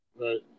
Right